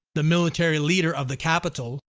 the military leader of the capital,